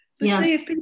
Yes